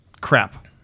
Crap